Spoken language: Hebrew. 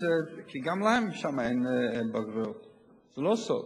גם להן אין שם בגרויות, זה לא סוד,